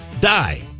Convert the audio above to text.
die